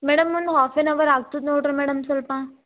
madam ಒಂದು half an hour ಆಗ್ತದೆ ನೋಡಿರಿ ಮೇಡಮ್ ಸ್ವಲ್ಪ